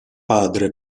padre